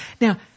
Now